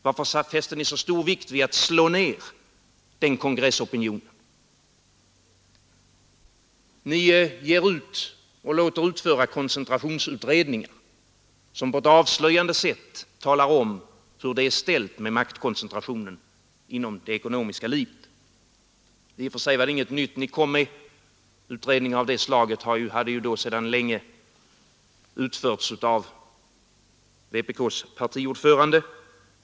Varför fäste ni så stor vikt vid att slå ned den kongressopinionen? Ni låter utföra koncentrationsutredningar, som på ett avslöjande sätt talar om hur det är ställt med maktkoncentrationen inom det ekonomiska livet. I och för sig var det inget nytt ni kom med; utredningar av det slaget hade ju då sedan länge utförts av vpk:s partiordförande.